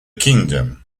kingdom